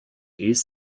east